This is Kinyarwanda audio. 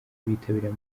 bitabiriye